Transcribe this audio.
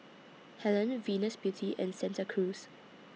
Helen Venus Beauty and Santa Cruz